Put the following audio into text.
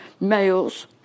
males